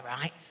right